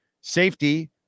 Safety